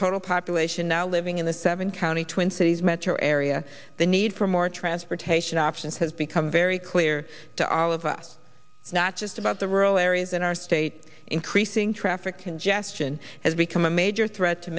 total population now living in the seven county twin cities metro area the need for more transportation options has become very clear to all of us not just about the rural areas in our state increasing traffic congestion has become a major threat to